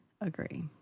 agree